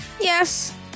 yes